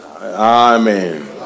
Amen